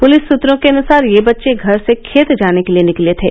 police सूत्रों के अनुसार ये बच्चे घर से खेत जाने के लिये निकले थे